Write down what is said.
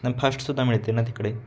आणि फास्टसुद्धा मिळते ना तिकडे